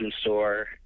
store